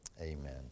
amen